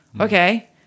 okay